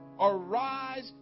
Arise